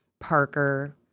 Parker